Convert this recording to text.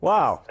Wow